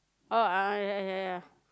oh yeah yeah yeah yeah yeah